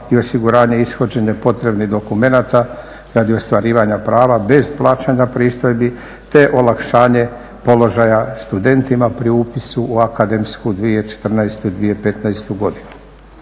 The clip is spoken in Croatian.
i osiguranje i ishođenje potrebnih dokumenata radi ostvarivanja prava bez plaćanja pristojbi te olakšanje položaja studentima pri upisu u akademsku 2014/2015 godinu.